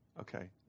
Okay